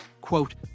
Quote